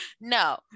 no